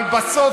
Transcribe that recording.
אבל בסוף,